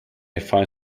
find